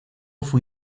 fue